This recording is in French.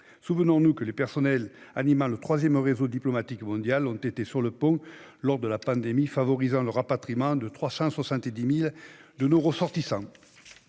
Souvenons-nous que les agents animant le troisième réseau diplomatique mondial ont été sur le pont lors de la pandémie, favorisant le rapatriement de plus de 370 000 de nos ressortissants.